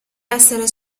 essere